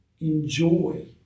enjoy